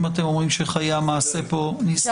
אם אתם אומרים שחיי המעשה כאן מסתדרים.